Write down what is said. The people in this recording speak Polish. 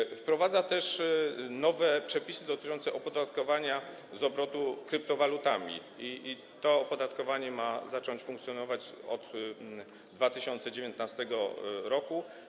Projekt wprowadza też nowe przepisy dotyczące opodatkowania obrotu kryptowalutami, to opodatkowanie ma zacząć funkcjonować od 2019 r.